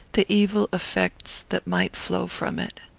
the evil effects that might flow from it.